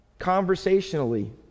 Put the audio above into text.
conversationally